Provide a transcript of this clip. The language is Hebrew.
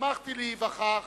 שמחתי להיווכח